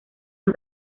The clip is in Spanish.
han